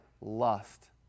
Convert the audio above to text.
lust